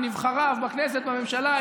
מנבחריו בכנסת ובממשלה,